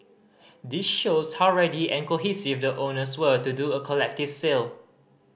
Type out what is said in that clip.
this shows how ready and cohesive the owners were to do a collective sale